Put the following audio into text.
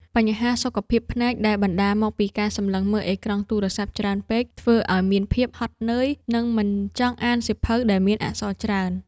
បញ្ហាសុខភាពភ្នែកដែលបណ្ដាលមកពីការសម្លឹងមើលអេក្រង់ទូរស័ព្ទច្រើនពេក ធ្វើឱ្យមានភាពហត់នឿយ និងមិនចង់អានសៀវភៅដែលមានអក្សរច្រើន។